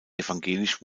evangelisch